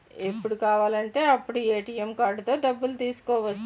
ఎప్పుడు కావాలంటే అప్పుడు ఏ.టి.ఎం కార్డుతో డబ్బులు తీసుకోవచ్చు